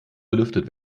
belüftet